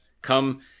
come